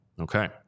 Okay